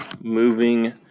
Moving